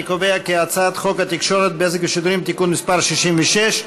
אני קובע כי הצעת חוק התקשורת (בזק ושידורים) (תיקון מס' 66),